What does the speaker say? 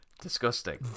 disgusting